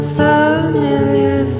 familiar